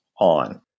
on